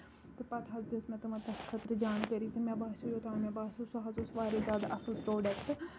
تہٕ پَتہٕ حظ دِژ مےٚ تِمَن تَتھ خٲطرٕ تِمن جانکٲری کہِ مےٚ باسیو اوتام مےٚ باسیو سُہ حظ اوس واریاہ زیادٕ اَصٕل پروڈَکٹ